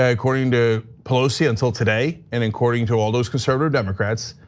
ah according to pelosi until today, and according to all those conservative democrats,